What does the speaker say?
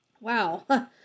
Wow